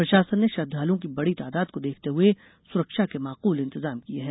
प्रशासन ने श्रद्वालुओं की बड़ी तादाद को देखते हुए सुरक्षा के माकूल इंतजाम किये हैं